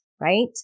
right